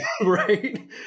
Right